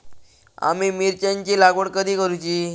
आम्ही मिरचेंची लागवड कधी करूची?